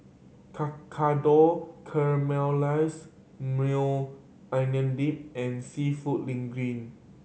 Tekkadon Caramelized Maui Onion Dip and Seafood Linguine